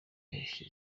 mpeshyi